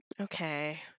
okay